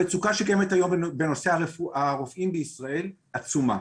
המצוקה שקיימת היום בנושא הרפואה והרופאים בישראל עצומה.